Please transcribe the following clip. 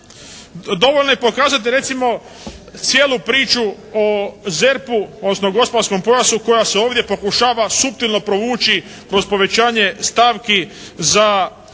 Dovoljno je pokazati recimo cijelu priču o ZERP-u, odnosno gospodarskom …/Govornik se ne razumije./… koja se ovdje pokušava suptilno provući kroz povećanje stavki za